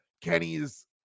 Kenny's